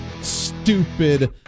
stupid